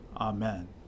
Amen